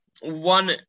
one